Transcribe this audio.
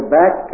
back